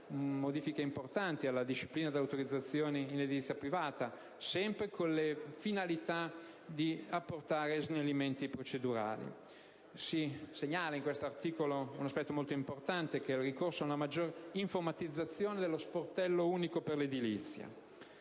modifiche importanti alla disciplina delle autorizzazioni in edilizia privata, sempre con la finalità di apportare snellimenti procedurali. Si segnala in questo articolo un altro aspetto rilevante, consistente nel ricorso ad una maggiore informatizzazione dello Sportello unico per l'edilizia.